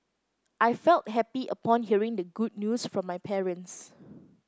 I felt happy upon hearing the good news from my parents